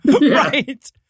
right